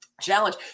challenge